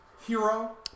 hero